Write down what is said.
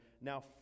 now